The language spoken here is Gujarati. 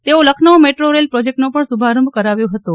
તેઓ લખનઉ મેટ્રો રેલ પ્રોજેક્ટનો પણ શુભારંભ કરાવ્યું હતું